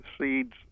seeds